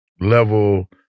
level